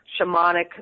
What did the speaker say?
shamanic